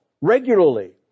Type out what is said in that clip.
regularly